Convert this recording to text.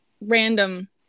random